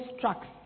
trucks